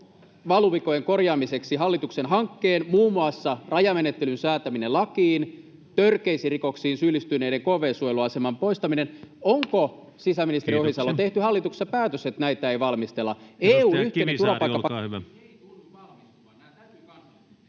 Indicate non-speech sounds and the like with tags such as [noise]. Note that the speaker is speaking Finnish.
valuvikojen korjaamiseksi hallituksen hankkeen: muun muassa rajamenettelyn säätäminen lakiin, törkeisiin rikoksiin syyllistyneiden kv-suojeluaseman poistaminen. [noise] Onko, sisäministeri Ohisalo, [Puhemies: Kiitoksia!] tehty hallituksessa päätös, että näitä ei valmistella?